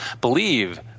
believe